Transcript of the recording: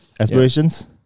Aspirations